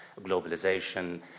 globalization